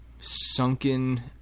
sunken